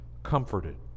Comforted